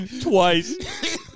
twice